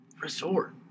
Resort